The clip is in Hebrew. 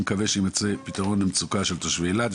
אני מקווה שיימצא פתרון למצוקת תושבי אילת.".